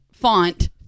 font